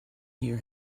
hear